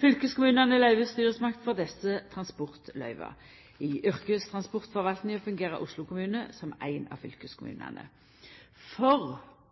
Fylkeskommunen er løyvestyresmakt for desse transportløyva. I yrkestransportforvaltinga fungerer Oslo kommune som ein av fylkeskommunane. For